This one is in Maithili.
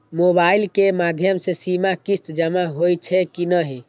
मोबाइल के माध्यम से सीमा किस्त जमा होई छै कि नहिं?